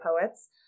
poets